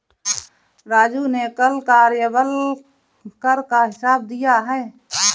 राजू ने कल कार्यबल कर का हिसाब दिया है